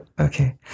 okay